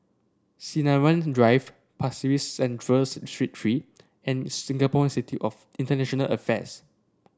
Sinaran Drive Pasir Ris Central Street Three and Singapore Institute of International Affairs